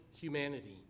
humanity